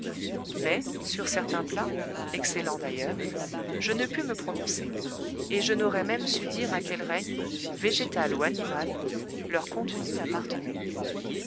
mais sur certains plats excellents d'ailleurs je ne pus me prononcer et je n'aurais même su dire à quel règne végétal ou animal leur contenu appartenait